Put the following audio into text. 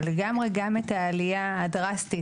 אבל לגמרי גם את העלייה הדרסטית,